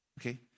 Okay